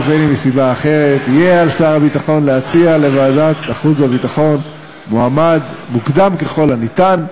יהיה על שר הביטחון להציע לוועדת החוץ והביטחון מועד מוקדם ככל האפשר,